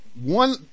One